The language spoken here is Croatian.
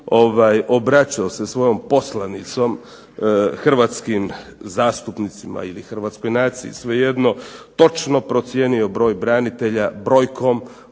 obraćao se svojom poslanicom hrvatskim zastupnicima, ili hrvatskoj naciji, svejedno, točno procijenio broj branitelja brojkom